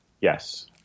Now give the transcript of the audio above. Yes